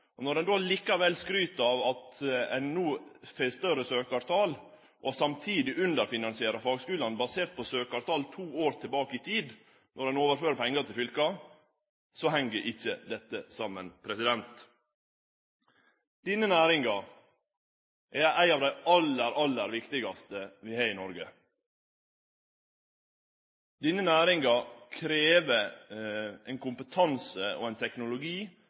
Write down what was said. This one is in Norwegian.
Når ein då likevel skryter av at ein no får eit større søkjartal, og samtidig underfinansierer fagskulane basert på søkjartal to år tilbake i tid, når ein overfører pengar til fylka, så heng ikkje dette saman. Denne næringa er ei av dei aller, aller viktigaste vi har i Noreg. Denne næringa krev ein kompetanse og ein teknologi